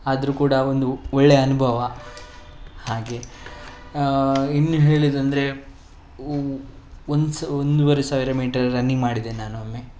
ಆದರೂ ಕೂಡ ಒಂದು ಒಳ್ಳೆಯ ಅನುಭವ ಹಾಗೆ ಇನ್ನು ಹೇಳೋದಂದ್ರೆ ಒಂದ್ಸ ಒಂದುವರೆ ಸಾವಿರ ಮೀಟರ್ ರನ್ನಿಂಗ್ ಮಾಡಿದ್ದೆನೆ ನಾನು ಒಮ್ಮೆ